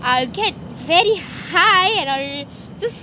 I'll get very high and I'll just